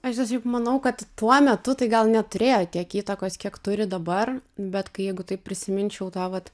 aš čia šiaip manau kad tuo metu tai gal neturėjo tiek įtakos kiek turi dabar bet kai jeigu taip prisiminčiau tą vat